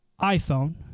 iPhone